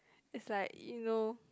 it's like you know